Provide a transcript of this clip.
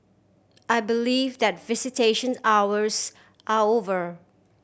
I believe that visitation hours are over